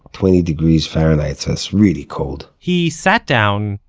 twenty degrees fahrenheit, so it's really cold he sat down,